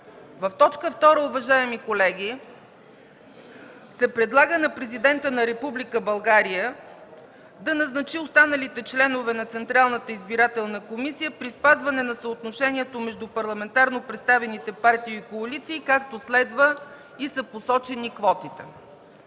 В т. 2, уважаеми колеги, се предлага на президента на Република България да назначи останалите членове на Централната избирателна комисия при спазване на съотношението между парламентарно представените партии и коалиции, както следва, и са посочени квотите.